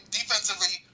defensively